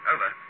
Over